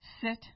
Sit